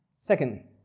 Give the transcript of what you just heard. Second